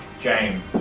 James